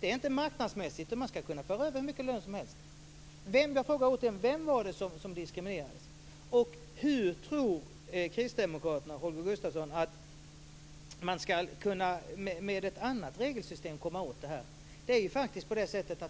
Det är inte marknadsmässigt om man kan föra över hur mycket lön som helst. Jag frågar återigen: Vem var det som diskriminerades? Och hur tror Kristdemokraterna och Holger Gustafsson att man ska kunna komma åt detta med ett annat regelsystem?